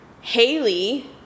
Haley